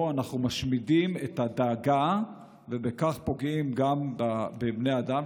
אנחנו משמידים את הדגה ובכך גם פוגעים בבני אדם,